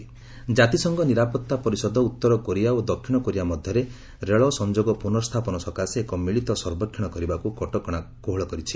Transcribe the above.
UN Korea survey ଜାତିସଂଘ ନିରାପତ୍ତା ପରିଷଦ ଉତ୍ତର କୋରିଆ ଓ ଦକ୍ଷିଣ କୋରିଆ ମଧ୍ୟରେ ରେଳ ସଂଯୋଗ ପୁନର୍ସ୍ଥାପନ ସକାଶେ ଏକ ମିଳିତ ସର୍ବେକ୍ଷଣ କରିବାକୁ କଟକଣା କୋହଳ କରିଛି